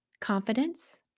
confidence